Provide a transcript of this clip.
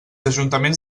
ajuntaments